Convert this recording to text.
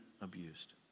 abused